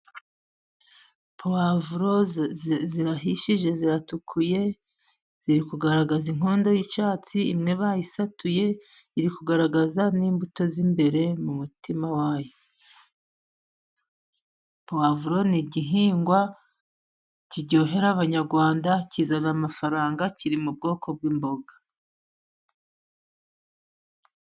Puwavuro zirahishije ziratukuye ziri kuragaza inkondo y'icyatsi ku nkondo y'icyatsi, imwe bayisatuye iri kugaragaza imbuto z'imbere mu murima wayo. Puwavuro ni igihingwa kiryohera abanyarwanda, kizana amafaranga kiri mu bwoko bw'imboga.